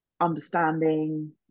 understanding